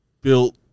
built